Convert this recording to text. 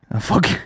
Fuck